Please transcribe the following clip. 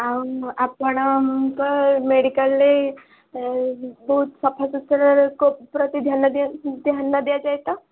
ଆଉ ଆପଣଙ୍କ ମେଡ଼ିକାଲ୍ରେ ଏ ବହୁତ ସଫାସୁତରା ପ୍ରତି ଧ୍ୟାନ ଦିଅ ଧ୍ୟାନ ଦିଆଯାଏ ତ